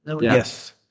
Yes